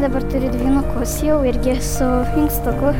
dabar turi dvynukus jau irgi su inkstuku